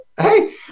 Hey